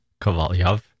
Kovalyov